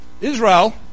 Israel